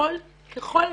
שככל הניתן,